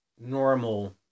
normal